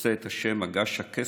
שנושא את השם "מגש הכסף",